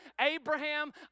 Abraham